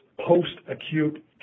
post-acute